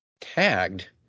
tagged